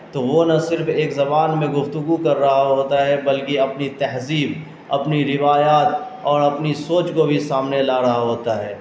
تو وہ نہ صرف ایک زبان میں گفتگو کر رہا ہوتا ہے بلکہ اپنی تہذیب اپنی روایات اور اپنی سوچ کو بھی سامنے لا رہا ہوتا ہے